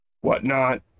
whatnot